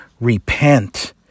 repent